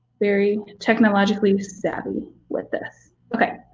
very technologically savvy with this. okay,